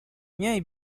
میای